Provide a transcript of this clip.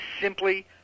simply